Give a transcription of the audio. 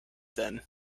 then